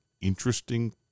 interesting